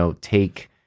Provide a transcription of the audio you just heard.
take